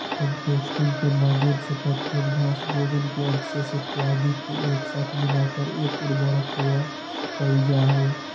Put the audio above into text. composting के माध्यम से पत्तियन, घास, भोजन के अवशेष इत्यादि के एक साथ मिलाकर एक उर्वरक तैयार कइल जाहई